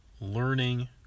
learning